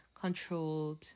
controlled